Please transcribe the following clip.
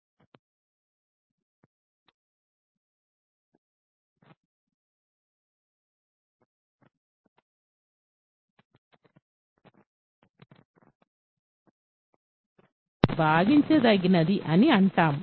f x 2 0 అంటే బాగాహారం చేసిన తర్వాత రిమైండర్ f 0 అంటే f అనేది x 2 చేత భాగించబడుతుంది రిమైండర్ 0 అయినప్పుడు అది భాగించదగినది అని అంటాం